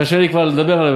עוד קשה לי לדבר עליו